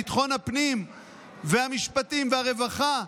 ביטחון הפנים והמשפטים והרווחה,